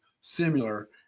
similar